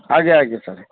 ଆଜ୍ଞା ଆଜ୍ଞା ସାର